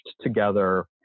together